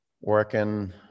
Working